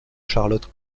charlotte